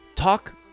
Talk